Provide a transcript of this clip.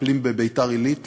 מטפלים בביתר-עילית.